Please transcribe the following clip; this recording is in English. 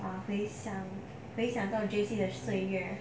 ah 回想回想到 J_C 的岁月